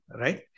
right